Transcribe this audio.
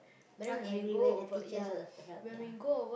not everywhere the teachers will help ya